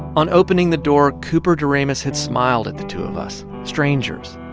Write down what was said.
on opening the door, cooper deramus had smiled at the two of us strangers.